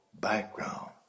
background